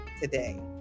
today